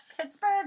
Pittsburgh